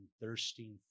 thirsting